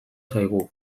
zaigu